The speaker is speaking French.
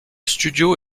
studio